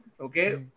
okay